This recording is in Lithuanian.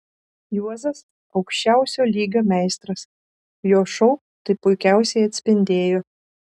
juozas aukščiausio lygio meistras jo šou tai puikiausiai atspindėjo